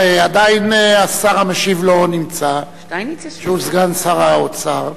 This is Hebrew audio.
עדיין לא נמצא השר המשיב, שהוא סגן שר האוצר.